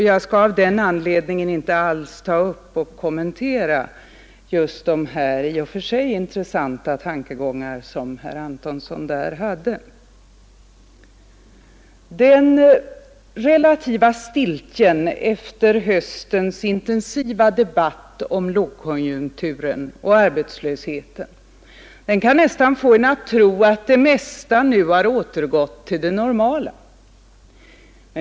Jag skall av den anledningen inte alls kommentera de i och för sig intressanta tankegångar som herr Antonsson på den punkten hade. och arbetslösheten kan nästan få en att tro att det mesta nu har återgått till det normala.